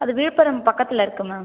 அது விழுப்புரம் பக்கத்தில் இருக்குது மேம்